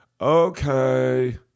okay